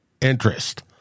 interest